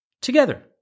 together